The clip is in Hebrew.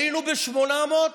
היינו ב-800,